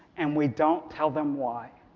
and we don't tell them why.